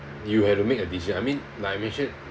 you have to make a decision I mean like I mention